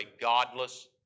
godless